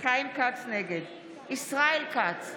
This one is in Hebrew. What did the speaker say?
ישראל כץ,